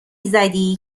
زدی